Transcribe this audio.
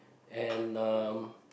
and um